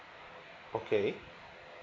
okay